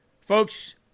folks